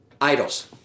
Idols